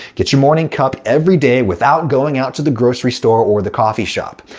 get your morning cup everyday without going out to the grocery store or the coffee shop.